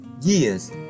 years